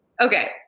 Okay